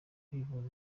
kwivuza